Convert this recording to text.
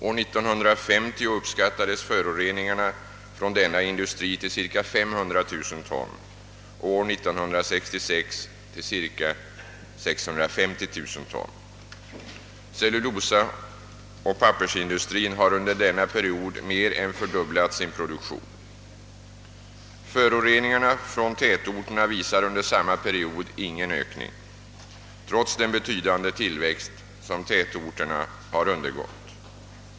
År 1950 uppskattades föroreningarna från denna industri till cirka 500 000 ton och år 1966 till cirka 650 000 ton. Cellulosaoch pappersindustrin har under denna period mer än fördubblat sin produktion. Föroreningarna från tätorterna visar under samma period ingen ökning trots den betydande tillväxt som tätorterna har undergått.